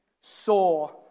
saw